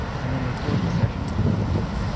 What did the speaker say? and then record your session for later viewing.